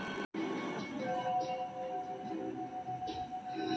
जे चेक मे दस्तखत रहै छै, पर राशि नै लिखल रहै छै, ओकरा ब्लैंक चेक कहल जाइ छै